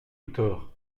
tort